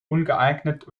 ungeeignet